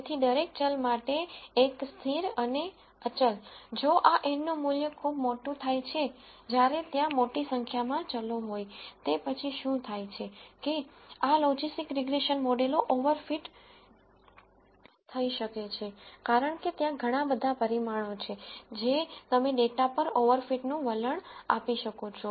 તેથી દરેક ચલ માટે 1 સ્થિર અને અચલ જો આ n નું મૂલ્ય ખૂબ મોટું થાય છે જ્યારે ત્યાં મોટી સંખ્યામાં ચલો હોયતે પછી શું થાય છે કે આ લોજિસ્ટિક રીગ્રેસન મોડેલો t ઉપર થઇ શકે છે કારણ કે ત્યાં ઘણા બધા પરિમાણો છે જે તમે ડેટા પર t ઉપર નું વલણ આપી શકો છો